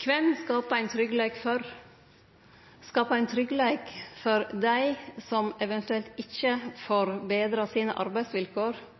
Kven skapar ein tryggleik for? Skapar ein tryggleik for dei som eventuelt ikkje får betra sine arbeidsvilkår,